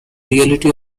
reality